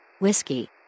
Whiskey